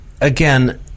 Again